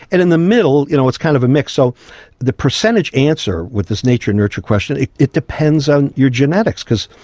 and in the middle you know it's kind of a mix. so the percentage answer with this nature-nurture question, it depends on your genetics, because,